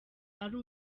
ari